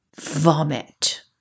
Vomit